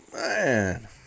man